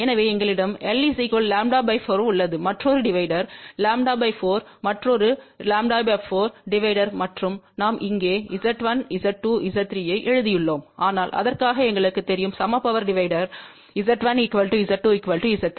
எனவே எங்களிடம்l λ4 உள்ளது மற்றொரு டிவைடர் λ 4 மற்றொருλ 4 டிவைடர் மற்றும் நாம் இங்கே Z1Z2Z3 ஐஎழுதியுள்ளோம் ஆனால் அதற்காக எங்களுக்குத் தெரியும் சம power divider Z1 Z2 Z3